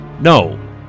No